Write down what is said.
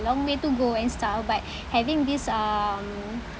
long way to go and stuff but having this um